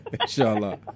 Inshallah